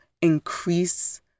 increase